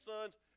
sons